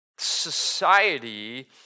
society